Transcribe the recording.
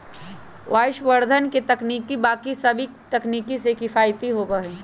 वायवसंवर्धन के तकनीक बाकि सभी तकनीक से किफ़ायती होबा हई